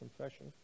confession